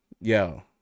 Yo